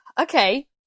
Okay